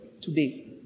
today